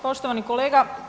Poštovani kolega.